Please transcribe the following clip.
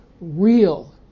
real